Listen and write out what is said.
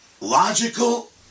logical